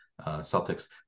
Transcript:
Celtics